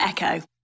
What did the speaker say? Echo